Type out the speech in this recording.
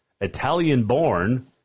Italian-born